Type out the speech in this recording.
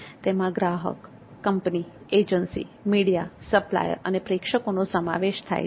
તેમાં ગ્રાહક company agency media supplier અને પ્રેક્ષકોનો સમાવેશ થાય છે